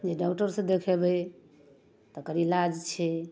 जे डॉक्टरसँ देखेबै तकर इलाज छै